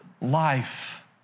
life